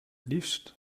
liefst